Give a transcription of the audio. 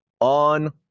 on